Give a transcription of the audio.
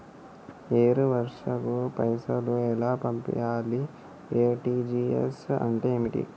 వేరే వాళ్ళకు పైసలు ఎలా పంపియ్యాలి? ఆర్.టి.జి.ఎస్ అంటే ఏంటిది?